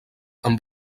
amb